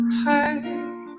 heart